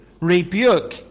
rebuke